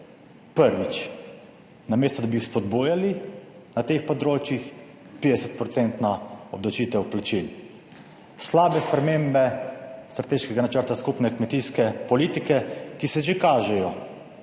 Prvič, namesto, da bi jih spodbujali na teh področjih, 50 procentna obdavčitev plačil. Slabe spremembe strateškega načrta skupne kmetijske politike, ki se že kažejo,